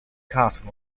carson